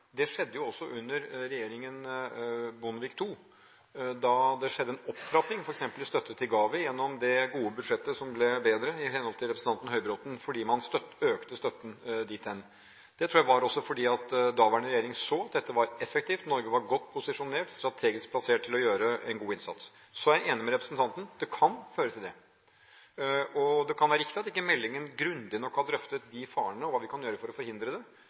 Det skjedde også under regjeringen Bondevik II, da det skjedde en opptrapping f.eks. med støtte til GAVI gjennom det gode budsjettet som ble bedre – i henhold til representanten Høybråten – fordi man økte støtten dit. Det tror jeg også var fordi daværende regjering så at dette var effektivt. Norge var godt posisjonert, strategisk plassert til å gjøre en god innsats. Så er jeg enig med representanten: Det kan føre til det, og det kan være riktig at ikke meldingen grundig nok har drøftet de farene og hva vi kan gjøre for å forhindre det.